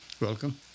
Welcome